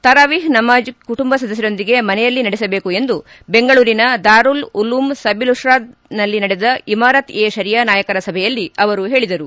ತರಾವೀಹ್ ನಮಾಜ್ ಕುಟುಂಬ ಸದಸ್ನರೊಂದಿಗೆ ಮನೆಯಲ್ಲಿ ನಡೆಸಬೇಕು ಎಂದು ಬೆಂಗಳೂರಿನ ದಾರುಲ್ ಉಲೂಮ್ ಸಬಿಲುರ್ತಾದ್ಯಲ್ಲಿ ನಡೆದ ಇಮಾರತ್ ಎ ಷರಿಯಾ ನಾಯಕರ ಸಭೆಯಲ್ಲಿ ಅವರು ಹೇಳಿದರು